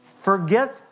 Forget